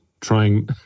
trying